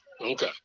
Okay